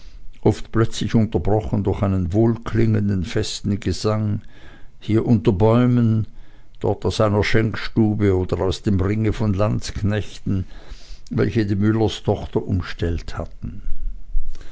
oft plötzlich unterbrochen durch einen wohlklingenden festen gesang hier unter bäumen dort aus einer schenkstube oder aus dem ringe von landsknechten welche die müllerstochter umstellt hatten